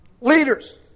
Leaders